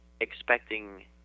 expecting